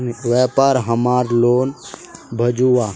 व्यापार हमार लोन भेजुआ?